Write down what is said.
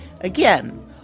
Again